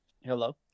Hello